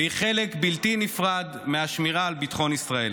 והיא חלק בלתי נפרד מהשמירה על ביטחון ישראל.